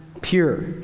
pure